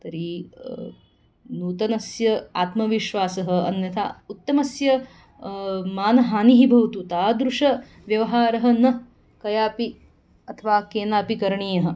तर्हि नूतनस्य आत्मविश्वासः अन्यथा उत्तमस्य मानहानिः भवतु तादृशव्यवहारः न कयापि अथ्वा केनापि करणीयः